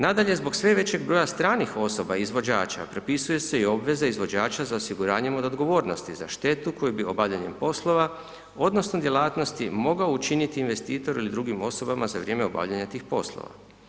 Nadalje, zbog sve većeg broja stranih osoba izvođača prepisuje se i obveze izvođača za osiguranjem od odgovornosti za štetu koju bi obavljanjem poslova odnosno djelatnosti mogao učiniti investitor ili drugim osobama za vrijeme obavljanja tih poslova.